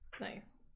nice